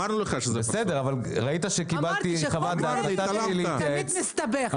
ראית שקיבלתי חוות דעת והלכתי להתייעץ.